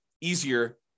easier